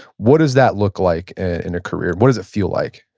what does that look like in a career? what does it feel like?